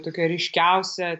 tokia ryškiausia